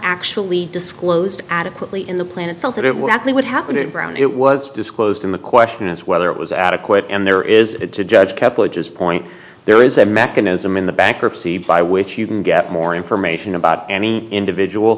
actually disclosed adequately in the plan itself that it would actually would happen and round it was disclosed in the question is whether it was adequate and there is a judge a couple of his point there is a mechanism in the bankruptcy by which you can get more information about any individual